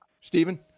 Stephen